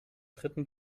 dritten